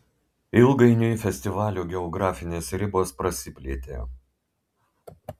ilgainiui festivalio geografinės ribos prasiplėtė